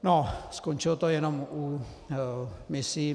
No, skončilo to jenom u misí.